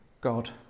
God